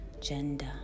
gender